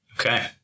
Okay